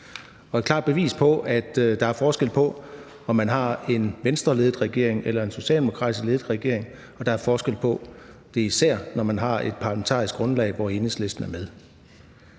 er et klart bevis på, at der er forskel på, om man har en Venstreledet regering eller en socialdemokratisk ledet regering, og at der især er forskel på det, når man har et parlamentarisk grundlag, hvor Enhedslisten er med.